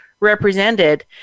represented